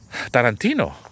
Tarantino